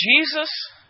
Jesus